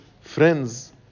friends